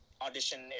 audition